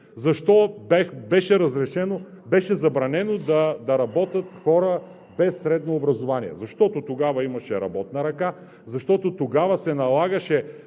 Защо беше забранено да работят хора без средно образование? Защото тогава имаше работна ръка, защото тогава се налагаше